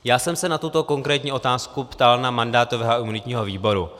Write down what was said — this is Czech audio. Já jsem se na tuto konkrétní otázku ptal mandátového a imunitního výboru.